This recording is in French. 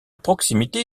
proximité